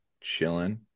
chilling